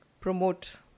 promote